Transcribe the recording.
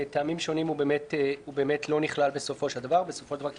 מטעמים שונים הוא לא נכלל בסופו של דבר, כי